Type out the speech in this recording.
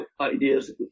ideas